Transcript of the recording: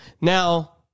now